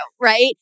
right